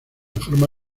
forma